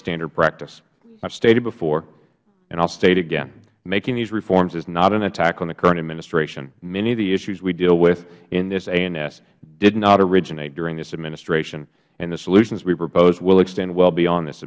standard practice i have stated before and i will state again making these reforms is not an attack on the current administration many of the issues we deal with in this ans did not originate during this administration and the solutions we propose will extend well beyond this